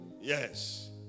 yes